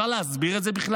אפשר להסביר את זה בכלל?